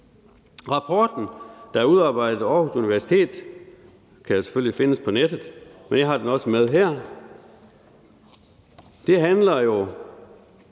Rapporten, der er udarbejdet af Aarhus Universitet, kan selvfølgelig findes på nettet, men jeg har den også med her. Det handler jo